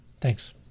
Thanks